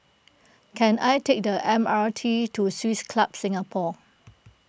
can I take the M R T to Swiss Club Singapore